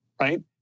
right